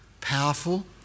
powerful